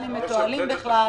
לאן הם מתועלים בכלל.